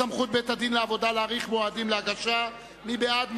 סמכות בית-הדין לעבודה להאריך מועדים להגשה) מי בעד,